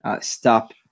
stop